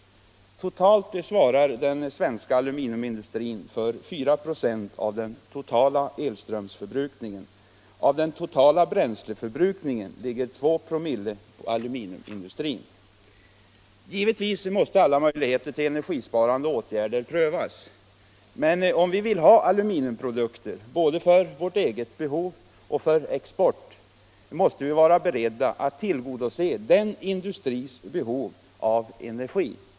Den svenska aluminiumindustrin svarar för 4 ?6 av den totala elströmsförbrukningen. Av den totala bränsleförbrukningen ligger 2'/. på aluminiumindustrin. Givetvis måste alla möjligheter till energisparande åtgärder prövas. Men om vi vill ha aluminiumprodukter både för vårt eget behov och för export, måste vi vara beredda att tillgodose den industrins behov av energi.